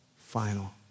final